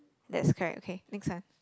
that's correct okay next one